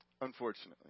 Unfortunately